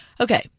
Okay